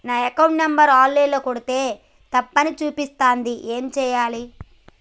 నా account number online ల కొడ్తే తప్పు అని చూపిస్తాంది ఏం చేయాలి?